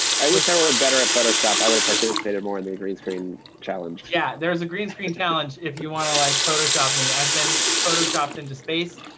i wish i were better at photoshop i would've participated more in the green screen challenge. yeah, there is a green screen challenge if you want to, like, photoshop me. i've been photoshopped into space.